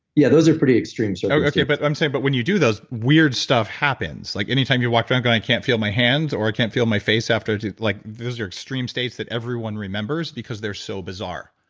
yeah, those are pretty extreme circumstances okay, but i'm saying but when you do those, weird stuff happens. like anytime you walked around going, i can't feel my hands, or, i can't feel my face after i do. like those are extreme states that everyone remembers, because they're so bizarre